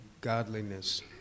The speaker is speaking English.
godliness